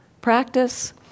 practice